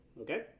Okay